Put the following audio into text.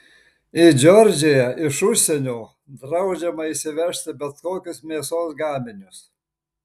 į džordžiją iš užsienio draudžiama įsivežti bet kokius mėsos gaminius